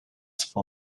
for